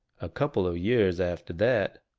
a couple of years after that,